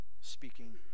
speaking